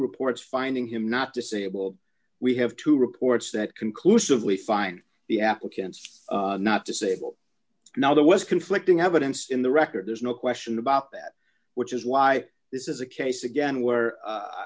reports finding him not disabled we have two reports that conclusively find the applicants not disable now there was conflicting evidence in the record there's no question about that which is why this is a case again where i